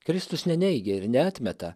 kristus neneigia ir neatmeta